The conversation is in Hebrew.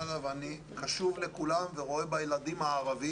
תקשיב, אני לא עובד אצלך, אין רגע אחד.